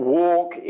walk